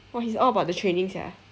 !wah! he's all about the training sia